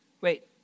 wait